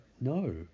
no